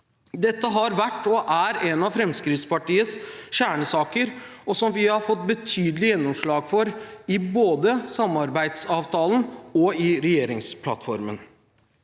Dette har vært og er en av Fremskrittspartiets kjernesaker og som vi har fått betydelig gjennomslag for i både samarbeidsavtalen og regjeringsplattformen.